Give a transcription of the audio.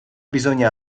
bisogna